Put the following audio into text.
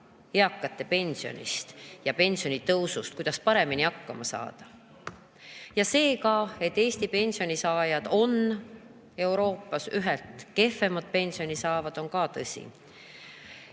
eakate pensionist ja pensionitõusust, kuidas paremini hakkama saada. Ja see, et Eesti pensionisaajad saavad Euroopas üht kehvemat pensioni, on ka tõsi.